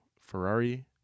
Ferrari